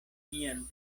mian